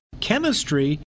chemistry